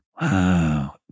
Wow